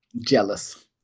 Jealous